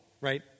right